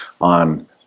on